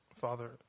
Father